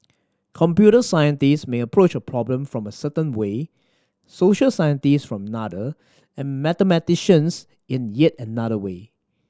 computer scientist may approach problem from a certain way social scientists from another and mathematicians in yet another way